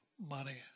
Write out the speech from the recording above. money